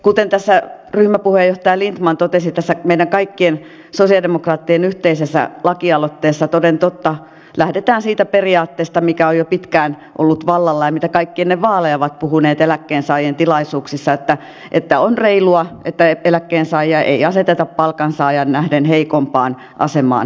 kuten ryhmäpuheenjohtaja lindtman totesi tässä meidän kaikkien sosialidemokraattien yhteisessä lakialoitteessa toden totta lähdetään siitä periaatteesta mikä on jo pitkään ollut vallalla ja mitä kaikki ennen vaaleja ovat puhuneet eläkkeensaajien tilaisuuksissa että on reilua että eläkkeensaajaa ei aseteta palkansaajaan nähden heikompaan asemaan verotuksessa